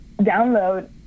download